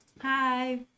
Hi